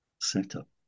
setup